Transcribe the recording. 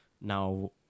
now